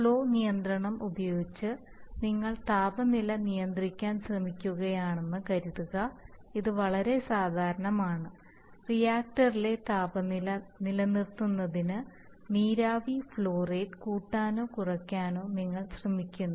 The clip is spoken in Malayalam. ഫ്ലോ നിയന്ത്രണം ഉപയോഗിച്ച് നിങ്ങൾ താപനില നിയന്ത്രിക്കാൻ ശ്രമിക്കുകയാണെന്ന് കരുതുക ഇത് വളരെ സാധാരണമാണ് റിയാക്ടറിലെ താപനില നിലനിർത്തുന്നതിന് നീരാവി ഫ്ലോ റേറ്റ് കൂട്ടാനോ കുറയ്ക്കാനോ നിങ്ങൾ ശ്രമിക്കുന്നു